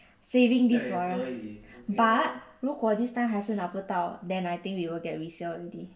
saving this for us but 如果 this time 还是拿不到 then I think we will get resale already